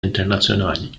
internazzjonali